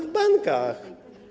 W bankach.